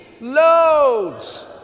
loads